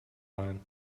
line